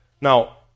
now